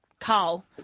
Carl